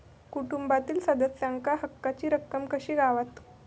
कुटुंबातील सदस्यांका हक्काची रक्कम कशी गावात?